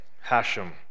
Hashem